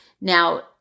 Now